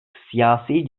siyasi